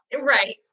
Right